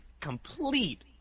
complete